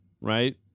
Right